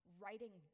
writing